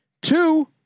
two